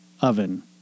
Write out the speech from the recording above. oven